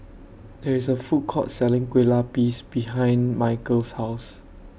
There IS A Food Court Selling Kueh Lapis behind Michael's House